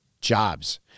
jobs